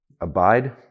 Abide